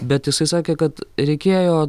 bet jisai sakė kad reikėjo